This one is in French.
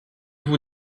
vous